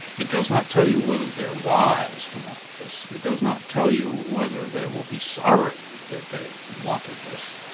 it does not tell you whether they're wise to want this, it does not tell you whether they will be sorry that they wanted this,